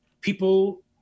people